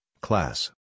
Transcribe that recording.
class